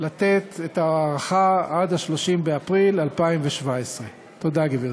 לתת את הארכה עד 30 באפריל 2017. תודה, גברתי.